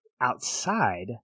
outside